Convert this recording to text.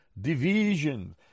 division